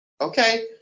Okay